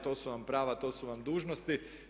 To su vam prava, to su vam dužnosti.